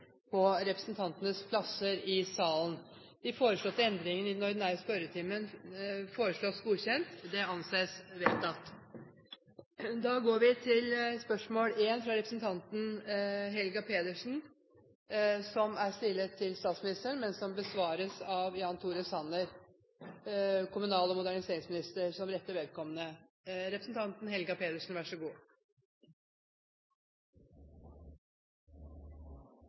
på representantenes plasser i salen. De foreslåtte endringer foreslås godkjent. – Det anses vedtatt. Endringene var som følger: Spørsmål 1, fra representanten Helga Pedersen til statsministeren, er overført til kommunal- og moderniseringsministeren som rette vedkommende. Spørsmål 15, fra representanten